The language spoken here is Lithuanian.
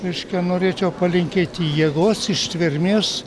reiškia norėčiau palinkėti jėgos ištvermės